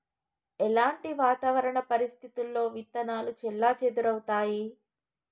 ఎలాంటి వాతావరణ పరిస్థితుల్లో విత్తనాలు చెల్లాచెదరవుతయీ?